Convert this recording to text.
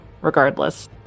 regardless